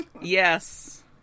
Yes